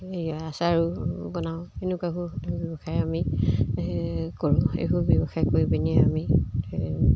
এই আচাৰ বনাওঁ এনেকুৱাবোৰ ব্যৱসায় আমি কৰোঁ এইবোৰ ব্যৱসায় কৰি পেনে আমি